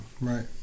Right